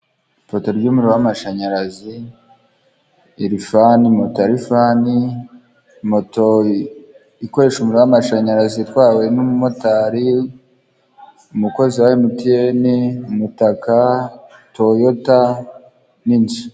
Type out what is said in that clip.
Ifoto ry'umuriro w'amashanyarazi, irilfani, mota ya lifani, moto ikoresha umuriro w'amashanyarazi itwawe n'umumotari umukozi wa emutiyene, umutaka, toyota n'inzu.